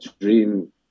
dream